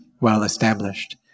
well-established